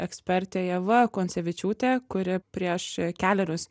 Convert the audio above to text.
ekspertė ieva koncevičiūtė kuri prieš kelerius